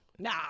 Nah